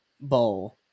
bowl